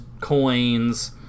coins